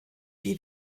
wie